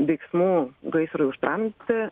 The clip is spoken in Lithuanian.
veiksmų gaisrui užtramdyti